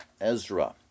Ezra